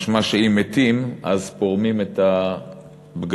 משמע שאם מתים, פורמים את הבגדים.